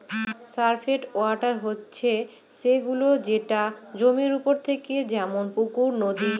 surface water হচ্ছে সে গুলো যেটা জমির ওপরে থাকে যেমন পুকুর, নদী